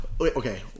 Okay